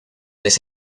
les